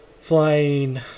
flying